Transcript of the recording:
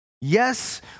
Yes